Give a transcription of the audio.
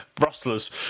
Rustlers